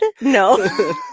No